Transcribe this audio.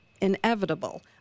inevitable